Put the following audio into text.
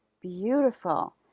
beautiful